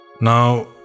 now